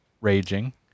raging